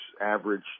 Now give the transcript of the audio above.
average